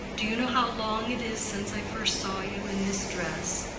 do you know how long it is since i first saw you in this dress?